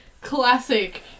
classic